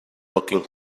looking